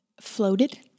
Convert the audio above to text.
floated